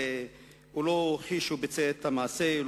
הוא לא הכחיש שהוא ביצע את המעשה,